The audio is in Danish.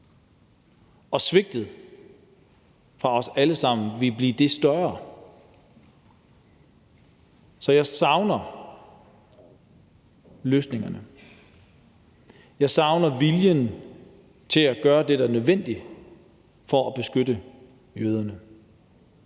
og svigtet fra os alle sammen vil blive så meget desto større. Så jeg savner løsningerne. Jeg savner viljen til at gøre det, der er nødvendigt for at beskytte jøderne.